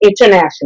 International